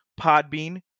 Podbean